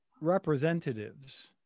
representatives